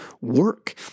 work